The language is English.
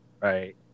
right